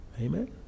Amen